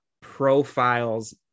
profiles